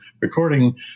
recording